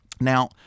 Now